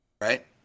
right